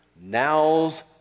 now's